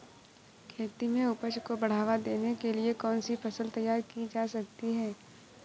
खेती में उपज को बढ़ावा देने के लिए कौन सी फसल तैयार की जा सकती है?